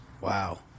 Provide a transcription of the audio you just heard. Wow